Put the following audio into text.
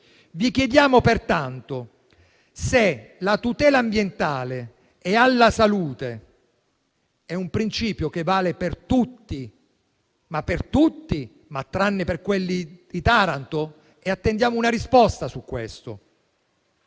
Vi chiediamo pertanto se la tutela ambientale e della salute è un principio che vale per tutti tranne che per quelli di Taranto e attendiamo una risposta su questo.